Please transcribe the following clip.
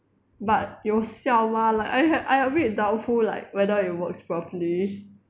but 有效 mah like I have I a bit doubtful like whether it works properly